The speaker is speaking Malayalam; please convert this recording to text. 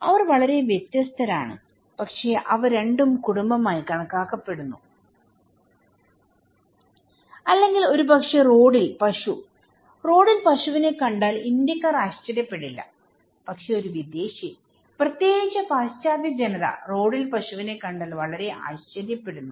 അവർ വളരെ വ്യത്യസ്തരാണ് പക്ഷേ അവ രണ്ടും കുടുംബമായി കണക്കാക്കപ്പെടുന്നു അല്ലെങ്കിൽ ഒരുപക്ഷെ റോഡിൽ പശു റോഡിൽ പശുവിനെ കണ്ടാൽ ഇന്ത്യക്കാർ ആശ്ചര്യപ്പെടില്ല പക്ഷേ ഒരു വിദേശി പ്രത്യേകിച്ച് പാശ്ചാത്യ ജനത റോഡിൽ പശുവിനെ കണ്ടാൽ വളരെ ആശ്ചര്യപ്പെടുന്നു